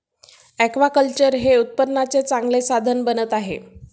aquaculture हे उत्पन्नाचे चांगले साधन बनत आहे